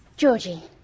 georgie?